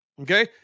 okay